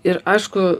ir aišku